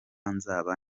nzaba